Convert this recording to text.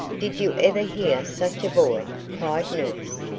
did you ever hear such a boy? cried nurse.